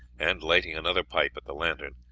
and, lighting another pipe at the lantern,